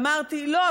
אמרתי: לא,